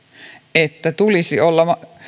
että tulisi olla